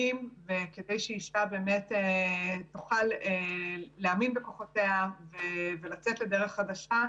וכדי שאישה תוכל להאמין בכוחותיה ולצאת לדרך חדשה,